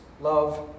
love